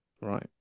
Right